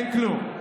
אין כלום.